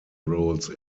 roles